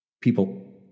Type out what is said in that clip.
people